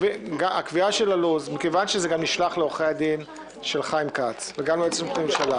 מכיוון שהלו"ז נשלח לעורכי הדין של חיים כץ וגם ליועץ המשפטי לממשלה,